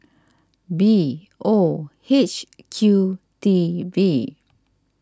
B O H Q T V